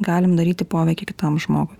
galim daryti poveikį kitam žmogui